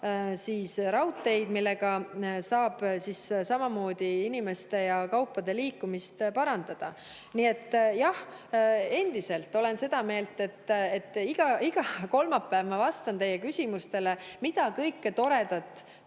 ka raudteed, mille abil saab samamoodi inimeste ja kaupade liikumist parandada. Nii et jah, olen endiselt sama meelt. Iga kolmapäev ma vastan teie küsimustele, mida kõike toredat